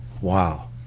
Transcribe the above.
Wow